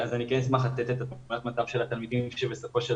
אני אשמח לתת את תמונת המצב של התלמידים שבסופו של